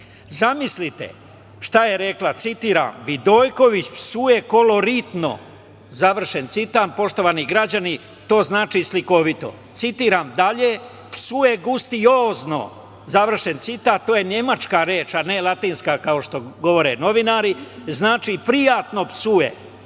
Zamislite šta je rekla, citiram: „Vidojković psuje koloritno“, završen citat. Poštovani građani, to znači – slikovito. Citiram dalje: „Psuje gustiozno“, završen citat. To je nemačka reč, a ne latinska, kao što govore novinari, znači – prijatno psuje. Da